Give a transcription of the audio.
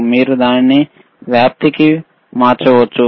మీరు దానిని వ్యాప్తికి మార్చవచ్చు